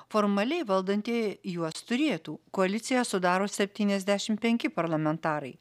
formaliai valdantieji juos turėtų koaliciją sudaro septyniasdešimt penki parlamentarai